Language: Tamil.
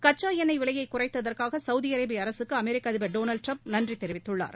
கச்சா எண்ணெய் விலையைக் குறைத்தற்காக சவுதி அரேபிய அரசுக்கு அமெரிக்க அதிபர் திரு டொனால்ட் ட்ரம்ப் நன்றி தெரிவித்துள்ளார்